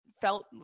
felt